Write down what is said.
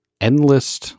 endless